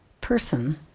person